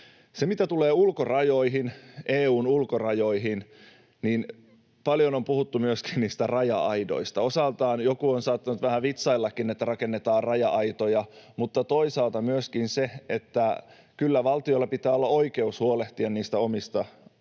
Mitä tulee ulkorajoihin, EU:n ulkorajoihin, niin paljon on puhuttu myöskin niistä raja-aidoista. Osaltaan joku on saattanut vähän vitsaillakin, että rakennetaan raja-aitoja, mutta toisaalta kyllä valtiolla myöskin pitää olla oikeus huolehtia omista rajoistaan.